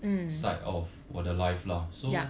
side of 我的 life lah so